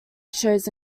shows